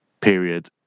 period